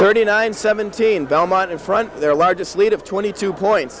thirty nine seventeen belmont in front of their largest lead of twenty two point